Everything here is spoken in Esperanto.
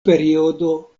periodo